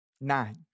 Nine